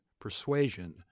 persuasion